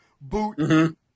boot